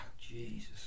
Jesus